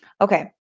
Okay